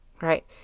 right